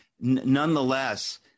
nonetheless